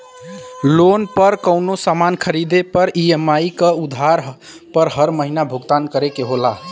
loan पर कउनो सामान खरीदले पर ई.एम.आई क आधार पर हर महीना भुगतान करे के होला